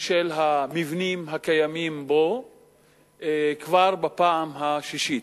של המבנים הקיימים בו כבר בפעם השישית.